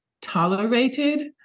tolerated